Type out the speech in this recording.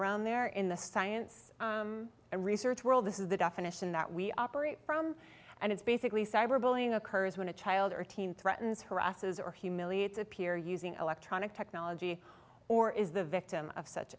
around there in the science and research world this is the definition that we operate from and it's basically cyber bullying occurs when a child or teen threatens harasses or humiliates a peer using electronic technology or is the victim of such